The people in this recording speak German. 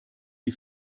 die